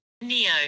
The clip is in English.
Neo